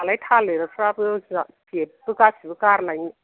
दालाय थालिरफोराबो जा जेबो गासैबो गारनाय